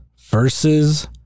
versus